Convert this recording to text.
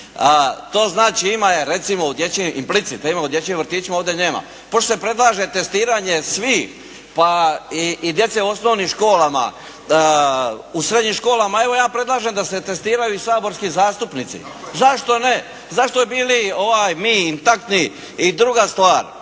u dječjim, implicite u dječjim vrtićima, ovdje nema. Pošto predlaže testiranje svih pa i djece u osnovnim školama, u srednjim školama, ja predlažem da se testiraju i saborski zastupnici. Zašto ne? Zašto bi mi bili intaktni? I druga stvar.